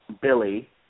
Billy